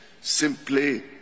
simply